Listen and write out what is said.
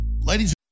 Ladies